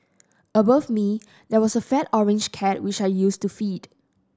above me there was a fat orange cat which I used to feed